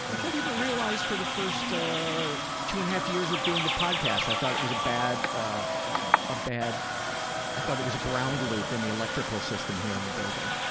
i didn't realize for the first two and a half years of doing the podcast, i thought it was a bad ah bad i thought it was a ground loop in the electrical system here in the building.